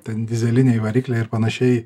ten dyzeliniai varikliai ir panašiai